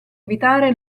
evitare